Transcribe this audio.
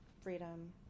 freedom